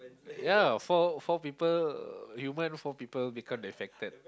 ya four four people uh human four people become affected